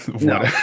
No